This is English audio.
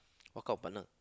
what kind of partner